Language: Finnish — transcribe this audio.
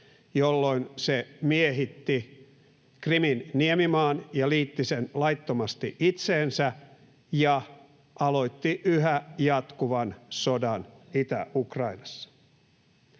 jolloin se miehitti Krimin niemimaan ja liitti sen laittomasti itseensä ja aloitti yhä jatkuvan sodan Itä-Ukrainassa.